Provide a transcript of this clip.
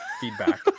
feedback